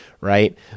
right